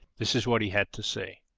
this was what he had to say